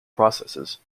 processes